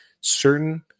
certain